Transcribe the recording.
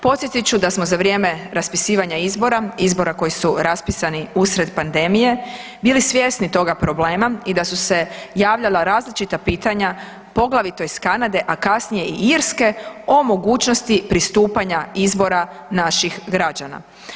Podsjetit ću da smo za vrijeme raspisivanja izbora, izbora koji su raspisani usred pandemije bili svjesni toga problema i da su se javljala različita pitanja, poglavito iz Kanade, a kasnije i Irske o mogućnosti pristupanja izbora naših građana.